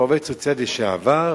ועובדת סוציאלית לשעבר,